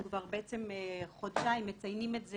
אנחנו כבר בעצם חודשיים מציינים את זה